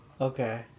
Okay